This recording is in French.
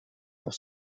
pour